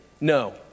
No